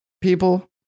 people